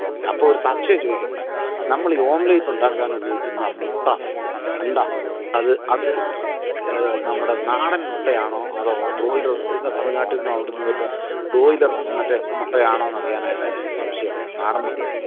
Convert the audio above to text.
okay അപ്പോൾ ഒരു സംശയം ചോദിക്കട്ടെ നമ്മൾ ഈ ഓംലെറ്റ് ഉണ്ടാക്കാൻ ഉപയോഗിക്കുന്ന മുട്ട അണ്ട അത് അത് നമ്മുടെ നാടൻ മുട്ടയാണോ അതോ ബ്രോയിലെർ വരുന്ന തമിഴ്നാട്ടിൽനിന്നോ അവിടുന്നോ മറ്റോ ബ്രോയിലെർ മറ്റെ മുട്ടയാണോ എന്ന് അറിയാനായിട്ടാ എനിക്ക് സംശയമുണ്ട് നാടൻ മുട്ടയാണോ